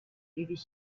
ewig